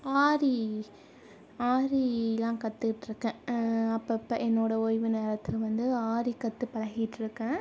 ஆரி ஆரிலாம் கத்துக்கிட்ருக்கேன் அப்பப்போ என்னோட ஓய்வு நேரத்தில் வந்து ஆரி கற்று பழகிட்டுருக்கேன்